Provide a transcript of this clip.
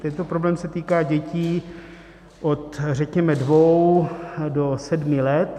Tento problém se týká dětí od řekněme dvou do sedmi let.